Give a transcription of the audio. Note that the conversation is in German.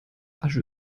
asche